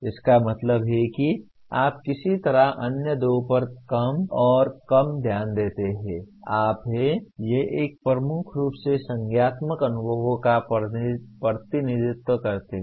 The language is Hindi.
इसका मतलब है कि आप किसी तरह अन्य दो पर कम और कम ध्यान देते हैं लेकिन आप हैं ये एक प्रमुख रूप से संज्ञानात्मक अनुभवों का प्रतिनिधित्व करते हैं